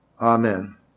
Amen